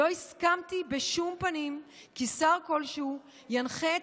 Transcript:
לא הסכמתי בשום פנים כי שר כלשהו ינחה את